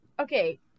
Okay